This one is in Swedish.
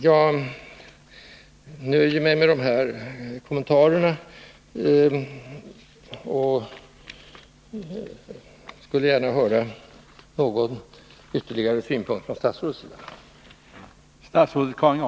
Jag nöjer mig med dessa kommentarer och skulle gärna vilja höra någon ytterligare synpunkt från statsrådets sida.